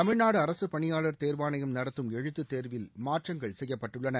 தமிழ்நாடு அரசுப் பணியாளர் தேர்வாணையம் நடத்தும் எழுத்துத் தேர்வில் மாற்றங்கள் செய்யப்பட்டுள்ளன